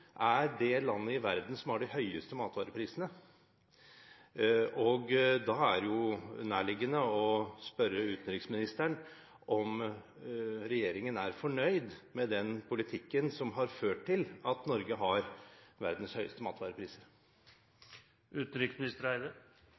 er det landet i verden som har de høyeste matvareprisene. Da er det jo nærliggende å spørre utenriksministeren om regjeringen er fornøyd med den politikken som har ført til at Norge har verdens høyeste matvarepriser.